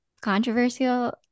controversial